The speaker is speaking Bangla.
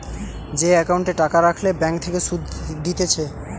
যে একাউন্টে টাকা রাখলে ব্যাঙ্ক থেকে সুধ দিতেছে